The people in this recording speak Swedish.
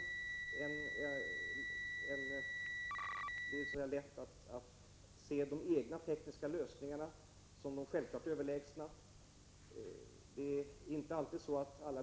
Det är alltid lätt att se de egna tekniska lösningarna som de självklart överlägsna.